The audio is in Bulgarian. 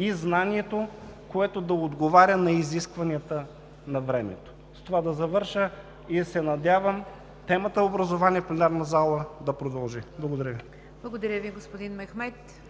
е знанието, което да отговаря на изискванията на времето. С това завършвам и се надявам темата „Образование“ в пленарната зала да продължи. Благодаря Ви. ПРЕДСЕДАТЕЛ НИГЯР ДЖАФЕР: Благодаря Ви, господин Мехмед.